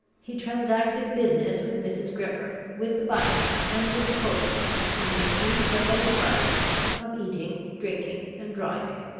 he transacted business with mrs. gripper, with the butler, and with the coachman, in their three several departments of eating, drinking, and driving.